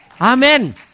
Amen